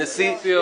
נשיא האוניברסיטה.